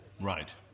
Right